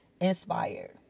inspired